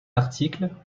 article